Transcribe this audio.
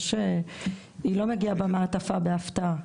היא לא מגיעה במעטפה בהפתעה,